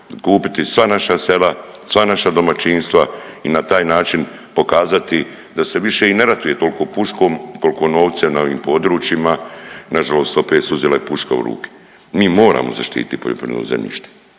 kupiti sva naša sela, sva naša domaćinstva i na taj način pokazati da se više i ne ratuje tolko puškom kolko novcem na ovim područjima, nažalost opet su uzele puške u ruke. Mi moramo zaštiti poljoprivredno zemljište,